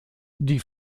die